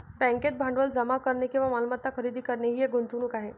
बँकेत भांडवल जमा करणे किंवा मालमत्ता खरेदी करणे ही एक गुंतवणूक आहे